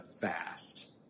fast